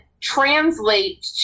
translate